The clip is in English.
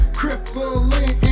crippling